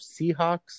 Seahawks